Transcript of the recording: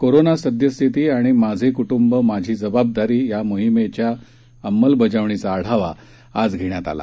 corona सद्यस्थिती आणि माझे कुटुंब माझी जबाबदारी मोहिमेच्या अंमलबजावणीचा आढावा आज घेण्यात आला